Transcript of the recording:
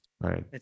Right